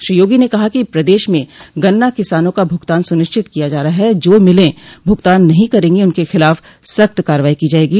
श्री योगी ने कहा कि प्रदेश में गन्ना किसानों का भुगतान सुनिश्चित किया जा रहा है जो मिले भुगतान नहीं करेंगी उनके खिलाफ सख्त कार्रवाई की जायेगी